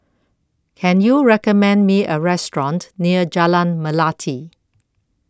Can YOU recommend Me A Restaurant near Jalan Melati